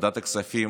ועדת הכספים